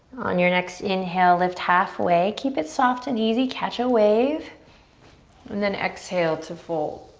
on your next inhale, lift halfway. keep it soft and easy, catch a wave and then exhale to fold.